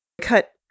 Cut